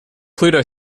pluto